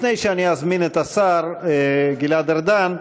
לפני שאני אזמין את השר גלעד ארדן,